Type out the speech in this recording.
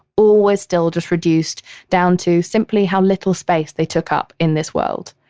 always still just reduced down to simply how little space they took up in this world.